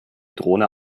drohne